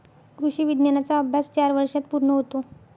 कृषी विज्ञानाचा अभ्यास चार वर्षांत पूर्ण होतो